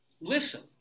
listen